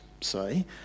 say